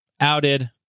outed